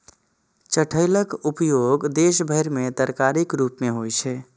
चठैलक उपयोग देश भरि मे तरकारीक रूप मे होइ छै